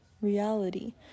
Reality